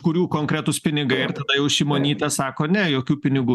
kurių konkretūs pinigai ir tada jau šimonytė sako ne jokių pinigų